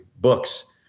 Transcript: books